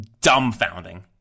dumbfounding